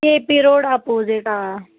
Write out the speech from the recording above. کے P road opposite آ